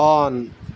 on